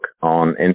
on